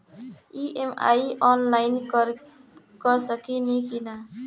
EMI online कर सकेनी की ना?